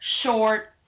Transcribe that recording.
short